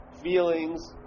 feelings